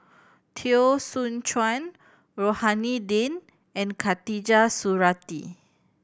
Teo Soon Chuan Rohani Din and Khatijah Surattee